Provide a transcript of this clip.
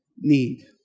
need